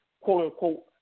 quote-unquote